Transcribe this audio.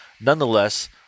Nonetheless